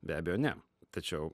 be abejo ne tačiau